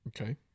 Okay